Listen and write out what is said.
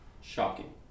shocking